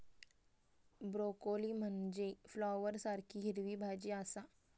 broccoli म्हनजे फ्लॉवरसारखी हिरवी भाजी आसा